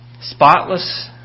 spotless